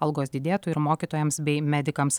algos didėtų ir mokytojams bei medikams